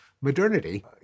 modernity